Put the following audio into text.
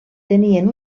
tenien